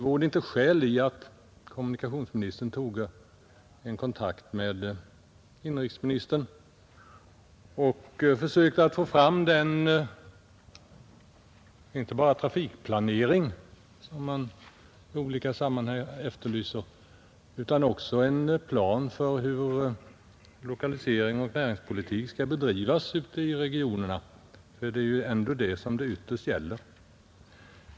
Vore det inte skäl i att kommunikationsministern toge kontakt med inrikesministern och försökte få fram inte bara den trafikplanering, som man i olika sammanhang efterlyser, utan också en plan för hur lokaliseringsoch näringspolitik skall bedrivas ute i regionerna, ty det är ju ändå det som det ytterst gäller.